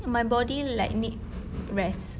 my body like need rest